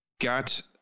got